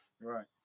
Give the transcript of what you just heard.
right